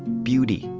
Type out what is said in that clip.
beauty,